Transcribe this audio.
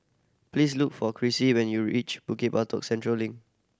please look for Crissie when you reach Bukit Batok Central Link